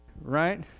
Right